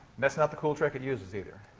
that's not the cool trick it uses, either.